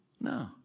No